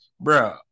bro